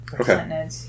Okay